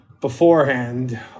beforehand